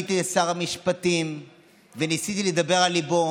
פניתי לשר המשפטים וניסיתי לדבר על ליבו.